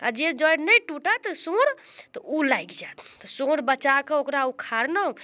आओर जे जड़ि नहि टुटत सूर तऽ ओ लागि जाएत तऽ सूर बचाकऽ ओकरा उखाड़लहुँ